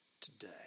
today